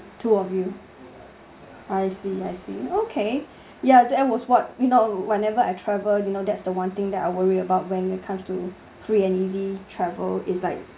two of you I see I see okay ya that was what you know whenever I travel you know that's the one thing that I worry about when it comes to free and easy travel is like